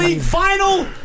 Final